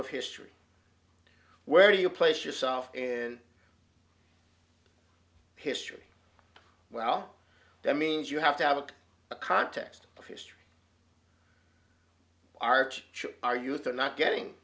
of history where you place yourself in history well that means you have to have a context arch our youth are not getting